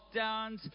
lockdowns